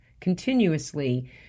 continuously